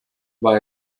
war